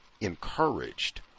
encouraged